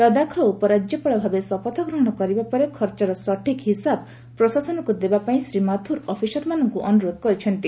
ଲଦାଖ୍ର ଉପରାଜ୍ୟପାଳ ଭାବେ ଶପଥ ଗ୍ରହଣ କରିବା ପରେ ଖର୍ଚ୍ଚର ସଠିକ୍ ହିସାବ ପ୍ରଶାସନକୁ ଦେବାପାଇଁ ଶ୍ରୀ ମାଥୁର ଅଫିସରମାନଙ୍କୁ ଅନୁରୋଧ କରିଛନ୍ତି